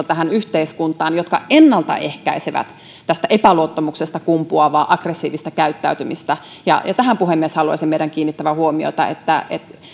tähän yhteiskuntaan ne ennalta ehkäisevät tästä epäluottamuksesta kumpuavaa aggressiivista käyttäytymistä ja tähän puhemies haluaisin meidän kiinnittävän huomiota että